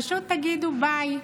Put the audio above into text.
פשוט תגידו ביי.